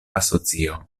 asocio